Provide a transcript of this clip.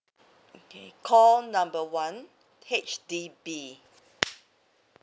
okay call number one H_D_B